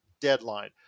deadline